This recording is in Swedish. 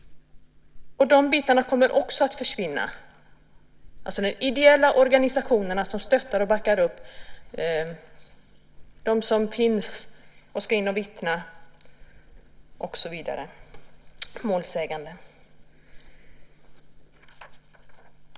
De bitarna kommer också att försvinna - de ideella organisationer som stöttar och backar upp dem som ska vittna, målsägande och så vidare.